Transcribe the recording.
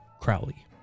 Crowley